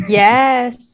yes